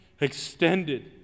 extended